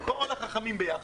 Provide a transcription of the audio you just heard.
כל החכמים ביחד.